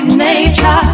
nature